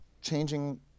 changing